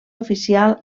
oficial